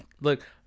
look